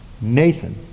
Nathan